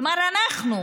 כלומר אנחנו,